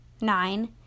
nine